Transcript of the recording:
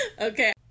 Okay